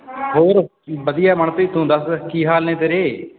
ਹੋਰ ਵਧੀਆ ਮਨਪ੍ਰੀਤ ਤੂੰ ਦੱਸ ਕੀ ਹਾਲ ਨੇ ਤੇਰੇ